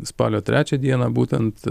spalio trečią dieną būtent